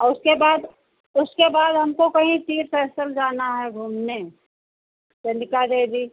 और उसके बाद उसके बाद हमको कहीं तीर्थ स्थल जाना है घूमने चंदिका देवी